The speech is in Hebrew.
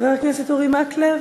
חבר הכנסת אורי מקלב,